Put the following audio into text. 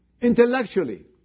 Intellectually